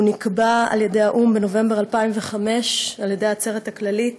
והוא נקבע על-ידי האו"ם בנובמבר 2005 על-ידי העצרת הכללית,